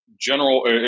general